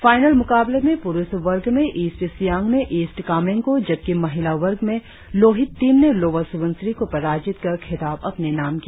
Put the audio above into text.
final मुकाबले में पुरुष वर्ग में ईस्ट सियांग ने ईस्ट कामेंग को जबकि महिला वर्ग में लोहित टीम ने लोअर सुबनसिरी को पराजित कर खिताब अपने नाम किया